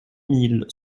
mille